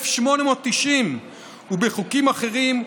1890 ובחוקים אחרים,